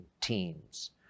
teams